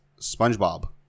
spongebob